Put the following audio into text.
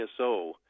ISO